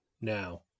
now